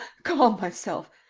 calm myself.